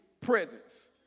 presence